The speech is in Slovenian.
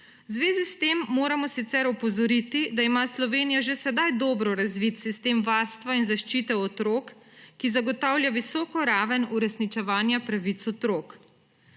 zvezi s tem moramo sicer opozoriti, da ima Slovenija že sedaj dobro razvit sistem varstva in zaščite otrok, ki zagotavlja visoko raven uresničevanja pravic otrok.